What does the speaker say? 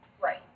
Right